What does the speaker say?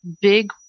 big